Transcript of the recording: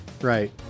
right